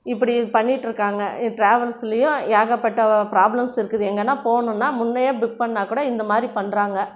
இப்படி பண்ணிகிட்டுருக்காங்க ட்ராவல்ஸுலையும் ஏகப்பட்ட ப்ராப்ளம்ஸ் இருக்குது எங்கனா போகணும்னா முன்னவே புக் பண்ணாக்கூட இந்தமாதிரி பண்ணுறாங்க